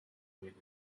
with